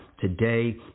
today